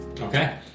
Okay